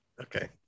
Okay